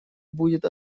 будет